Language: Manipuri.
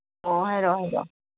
ꯑꯣ ꯍꯥꯏꯔꯛꯑꯣ ꯍꯥꯏꯔꯛꯑꯣ